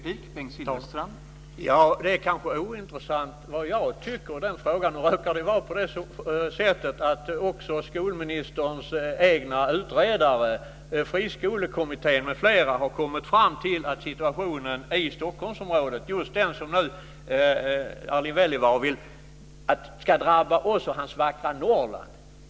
Herr talman! Det är kanske ointressant vad jag tycker. I den frågan har också skolministerns egna utredare, Friskolekommittén m.fl., kommit fram till att situationen i Stockholmsområdet inte är bra. Det är den situation som Erling Wälivaara nu vill ska drabba oss och hans vackra Norrland.